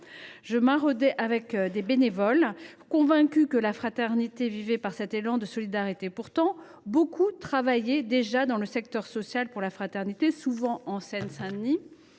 Je maraudais avec des bénévoles, convaincus que la fraternité se vivait par un tel élan de solidarité ; pourtant, beaucoup travaillaient déjà dans le secteur social au nom de cette même fraternité, souvent en Seine Saint Denis.